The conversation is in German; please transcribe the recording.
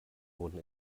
wurden